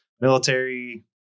military